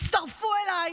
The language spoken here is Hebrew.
תצטרפו אליי